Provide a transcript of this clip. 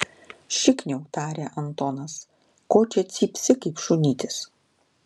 šikniau tarė antonas ko čia cypsi kaip šunytis